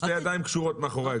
שתי הידיים קשורות מאחורי הגב.